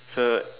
so